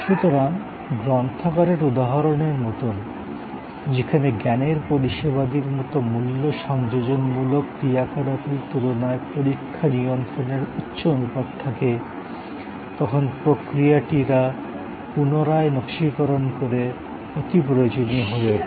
সুতরাং গ্রন্থাগারের উদাহরণের মতন যেখানে জ্ঞানের পরিষেবাদির মতো মূল্য সংযোজনমূলক ক্রিয়াকলাপের তুলনায় পরীক্ষা নিয়ন্ত্রণের উচ্চ অনুপাত থাকে তখন প্রক্রিয়াটিরা পুনরায় নকশীকরণ করা অতিপ্রয়োজনীয় হয় ওঠে